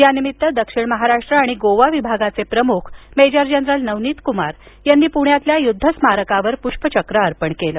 यानिमित्त दक्षिण महाराष्ट्र आणि गोवा विभागाचे प्रमुख मेजर जनरल नवनीत कुमार यांनी पुण्यातल्या युद्ध स्मारकावर पुष्पचक्र अर्पण केलं